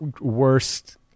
worst